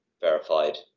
verified